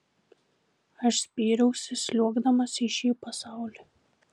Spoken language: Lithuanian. aš spyriausi sliuogdamas į šį pasaulį